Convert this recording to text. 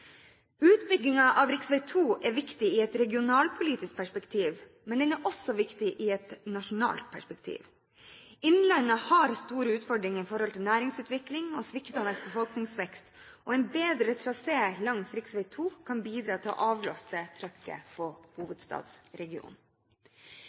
av rv. 2 er viktig i et regionalpolitisk perspektiv, men den er også viktig i et nasjonalt perspektiv. Innlandet har store utfordringer i forhold til næringsutvikling og sviktende befolkningsvekst, og en bedre trasé langs rv. 2 kan bidra til å avlaste trykket på